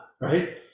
right